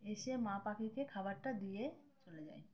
এসে মা পাখিকে খাবারটা দিয়ে